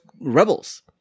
Rebels